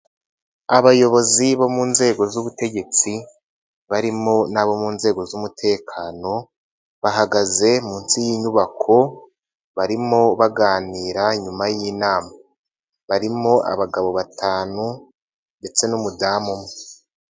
Abayobozi bo mu nzego z'ubutegetsi barimo n'abo mu nzego z'umutekano, bahagaze munsi y'inyubako barimo baganira nyuma y'inama. Barimo abagabo batanu ndetse n'umudamu umwe.